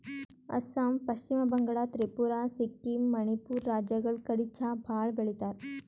ಅಸ್ಸಾಂ, ಪಶ್ಚಿಮ ಬಂಗಾಳ್, ತ್ರಿಪುರಾ, ಸಿಕ್ಕಿಂ, ಮಣಿಪುರ್ ರಾಜ್ಯಗಳ್ ಕಡಿ ಚಾ ಭಾಳ್ ಬೆಳಿತಾರ್